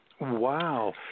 Wow